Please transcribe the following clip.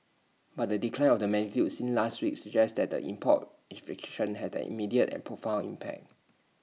but the decline of the magnitude seen last week suggests that the import restrictions had an immediate and profound impact